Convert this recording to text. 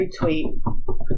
retweet